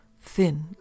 thin